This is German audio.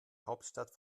hauptstadt